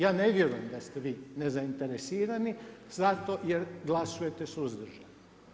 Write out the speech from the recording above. Ja ne vjerujem da ste vi nezainteresirani, zato jer glasujete suzdržano.